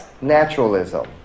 naturalism